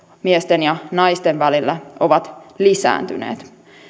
miesten ja naisten välillä ovat lisääntyneet